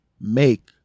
make